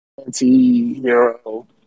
anti-hero